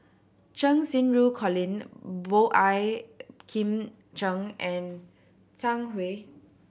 Cheng Xinru Colin Boey Kim Cheng and Zhang Hui